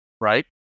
Right